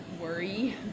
worry